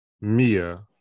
Mia